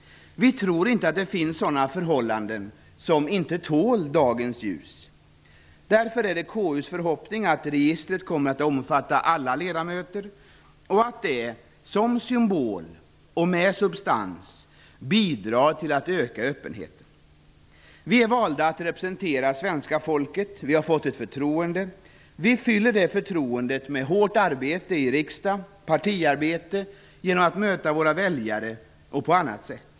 Vi tror inte att det finns sådana förhållanden som inte tål dagens ljus. Därför är det KU:s förhoppning att registret kommer att omfatta ledamöter och att det, som symbol och med substans, bidrar till att öka öppenheten. Vi är valda att representera svenska folket, vi har fått ett förtroende. Vi fyller detta förtroende med hårt arbete i riksdagen, genom partiarbete, genom att möta våra väljare och på annat sätt.